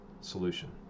solution